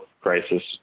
crisis